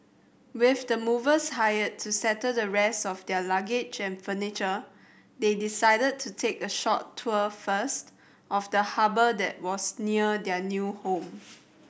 with the movers hired to settle the rest of their luggage and furniture they decided to take a short tour first of the harbour that was near their new home